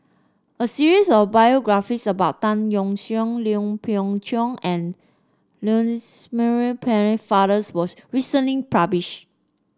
a series of biographies about Tan Yeok Seong Lui Pao Chuen and Lancelot Maurice Pennefather was recently published